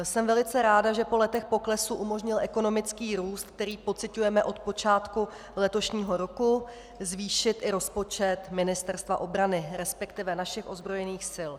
Jsem velice ráda, že po letech poklesu umožnil ekonomický růst, který pociťujeme od počátku letošního roku, zvýšit i rozpočet Ministerstva obrany, resp. našich ozbrojených sil.